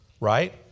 right